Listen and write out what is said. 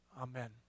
Amen